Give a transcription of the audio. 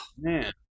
man